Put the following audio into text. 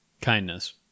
Kindness